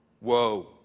Whoa